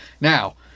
Now